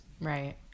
Right